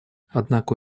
однако